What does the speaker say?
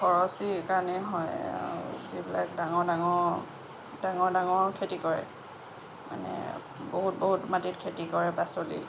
খৰচী এইকাৰণেই হয় যিবিলাক ডাঙৰ ডাঙৰ ডাঙৰ ডাঙৰ খেতি কৰে মানে বহুত বহুত মাটিত খেতি কৰে পাচলি